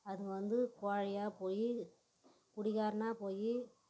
அதுங்க வந்து கோளையாக போய் குடிகாரனாக போய்